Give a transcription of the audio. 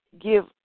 give